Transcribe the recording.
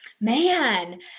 Man